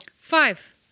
Five